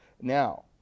now